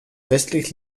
westlich